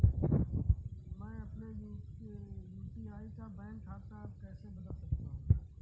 मैं अपने यू.पी.आई का बैंक खाता कैसे बदल सकता हूँ?